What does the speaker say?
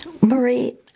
Marie